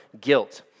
guilt